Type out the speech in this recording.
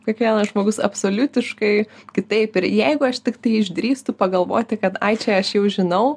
kiekvienas žmogus absoliutiškai kitaip ir jeigu aš tiktai išdrįstu pagalvoti kad ai čia aš jau žinau